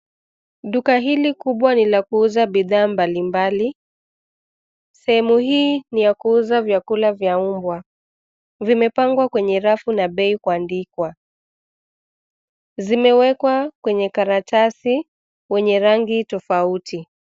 Duka hili kubwa ni la kuuza bidhaa mbalimbali. Sehemu hii ni ya kuuza vyakula vya mbwa, vimepangwa kwenye rafu na bei kuandikwa. Zimewekwa kwenye karatasi wenye rangi tofauti.